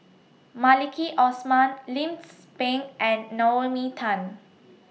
Maliki Osman Lim Tze Peng and Naomi Tan